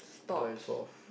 dies off